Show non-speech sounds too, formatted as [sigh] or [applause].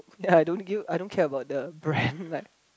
ya I don't give I don't care about the brand [laughs]